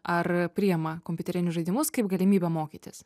ar priima kompiuterinius žaidimus kaip galimybę mokytis